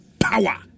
power